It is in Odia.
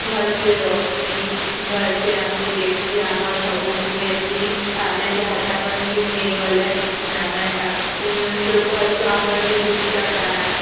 ଭଲ୍ସେ ରଖ୍ସି ଭଲ୍ସେ ଆମକୁ ଦେଖ୍ସି ଆମର ସବୁ ନେସି ଆମେ ଯାହା ତାହା କରି ନେଇ ଗଲେ ଆମେ ତାକୁ କହିସୁଁ ଆମର ଦୁଃଖ୍ଟା କାଁଣା